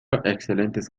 excelentes